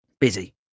busy